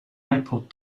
ipod